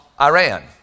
Iran